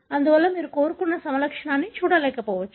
అందువల్ల మీరు కోరుకున్న సమలక్షణాన్ని చూడకపోవచ్చు